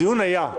הדיון היה.